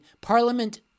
Parliament